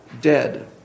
dead